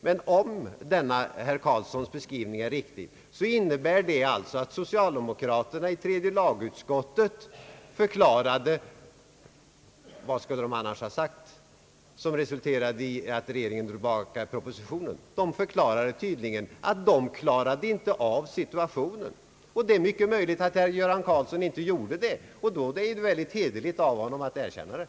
Men om denna herr Karlssons beskrivning är riktig, innebär den att socialdemokraterna i tredje lagutskottet förklarade — vad skulle de annars ha sagt som resulterade i att regeringen drog tillbaka propositionen — att de inte klarade av situationen. Det är mycket möjligt att herr Göran Karlsson inte gjorde det, och då är det mycket hederligt av honom att erkänna det.